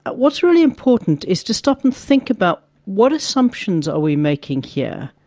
but what's really important is to stop and think about what assumptions are we making here?